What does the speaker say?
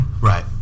right